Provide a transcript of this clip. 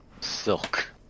Silk